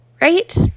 right